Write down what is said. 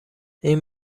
این